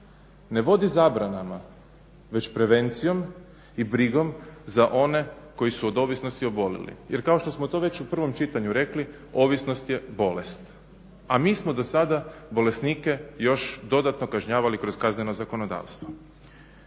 ne vodi zabranama već prevencijom i brigom za one koji su od ovisnosti obolili. Jer kao što smo to već u prvom čitanju rekli ovisnost je bolest, a mi smo do sada bolesnike još dodatno kažnjavali kroz kazneno zakonodavstvo.